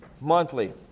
monthly